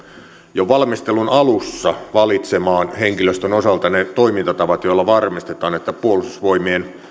jo valmistelun alussa valitsemaan henkilöstön osalta ne toimintatavat joilla varmistetaan että puolustusvoimien